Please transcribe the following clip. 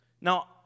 Now